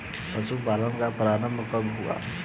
पशुपालन का प्रारंभ कब हुआ?